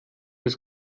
des